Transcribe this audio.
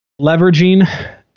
Leveraging